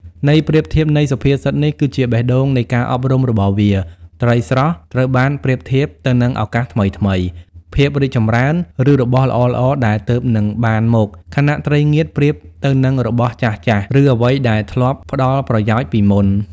ន័យប្រៀបធៀបនៃសុភាសិតនេះ គឺជាបេះដូងនៃការអប់រំរបស់វា ត្រីស្រស់ ត្រូវបានប្រៀបធៀបទៅនឹងឱកាសថ្មីៗ ភាពរីកចម្រើន ឬរបស់ល្អៗដែលទើបនឹងបានមក ខណៈ ត្រីងៀត ប្រៀបទៅនឹងរបស់ចាស់ៗ ឬអ្វីដែលធ្លាប់ផ្តល់ប្រយោជន៍ពីមុន។